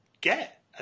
get